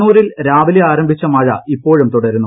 കണ്ണൂരിൽ രാവിലെ ആരംഭിച്ച മഴ ഇപ്പോഴും തുടരുന്നു